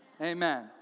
Amen